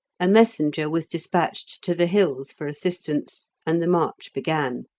a messenger was despatched to the hills for assistance, and the march began.